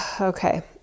Okay